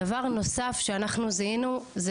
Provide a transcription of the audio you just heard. דבר נוסף שאנחנו זיהינו זה